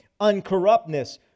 uncorruptness